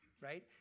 right